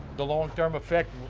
the long term effect,